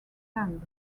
planned